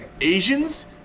Asians